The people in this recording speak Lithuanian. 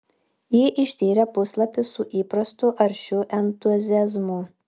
ji ištyrė puslapį su įprastu aršiu entuziazmu